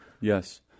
Yes